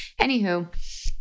Anywho